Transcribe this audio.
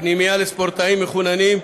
פנימייה לספורטאים מחוננים,